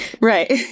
Right